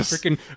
Freaking